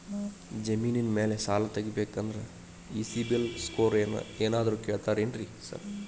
ಜಮೇನಿನ ಮ್ಯಾಲೆ ಸಾಲ ತಗಬೇಕಂದ್ರೆ ಈ ಸಿಬಿಲ್ ಸ್ಕೋರ್ ಏನಾದ್ರ ಕೇಳ್ತಾರ್ ಏನ್ರಿ ಸಾರ್?